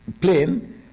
plane